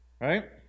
right